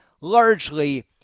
largely